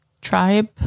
tribe